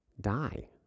die